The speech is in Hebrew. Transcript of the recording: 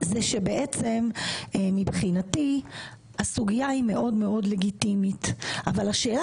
שבעצם מבחינתי הסוגייה היא מאוד מאוד לגיטימית אבל השאלה